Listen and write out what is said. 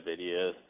videos